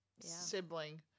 sibling